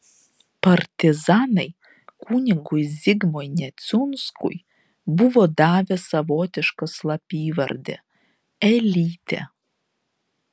partizanai kunigui zigmui neciunskui buvo davę savotišką slapyvardį elytė